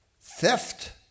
theft